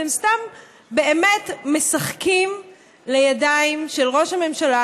אתם סתם באמת משחקים לידיים של ראש הממשלה,